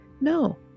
No